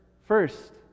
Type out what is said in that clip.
first